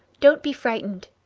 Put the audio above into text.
don't be frightened.